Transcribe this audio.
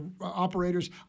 operators